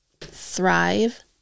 thrive